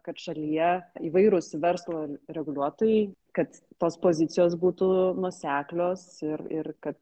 kad šalyje įvairūs verslo reguliuotojai kad tos pozicijos būtų nuoseklios ir ir kad